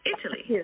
Italy